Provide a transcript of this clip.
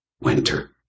winter